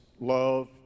love